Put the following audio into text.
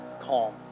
calm